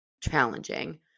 challenging